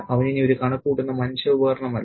അവൻ ഇനി ഒരു കണക്കു കൂട്ടുന്ന മനുഷ്യ ഉപകരണമല്ല